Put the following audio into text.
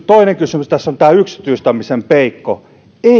toinen kysymys tässä on tämä yksityistämisen peikko ei